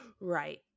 Right